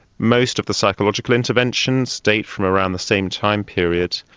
most of the psychological interventions date from around the same time period.